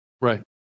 Right